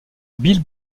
bill